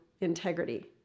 integrity